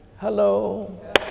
hello